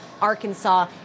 Arkansas